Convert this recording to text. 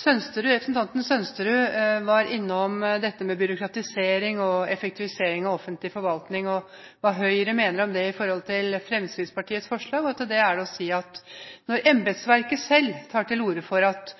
Sønsterud var innom dette med byråkratisering og effektivisering av offentlig forvaltning og hva Høyre mener om det i forhold til Fremskrittspartiets forslag. Til det er det å si at når embetsverket selv tar til orde for at